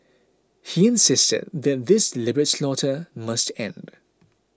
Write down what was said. he insisted that this deliberate slaughter must end